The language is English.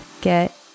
get